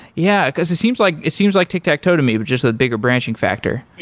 yeah, because it seems like it seems like tic-tac-toe to me, but just a bigger branching factor.